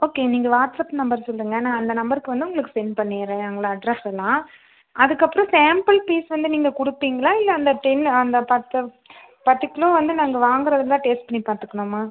okay நீங்கள் WhatsApp number சொல்லுங்க நான் அந்த நம்பருக்கு வந்து உங்களுக்கு சென்ட் பண்ணிடுறேன் எங்களை அட்ரஸெல்லாம் அதுக்கப்புறம் சேம்ப்பிள் பீஸ் வந்து நீங்கள் கொடுப்பிங்களா இல்லை அந்த டென் அந்த பத்து பத்து கிலோ வந்து நாங்கள் வாங்குகிறதுல தான் டேஸ்ட் பண்ணி பார்த்துக்கணுமா